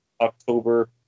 October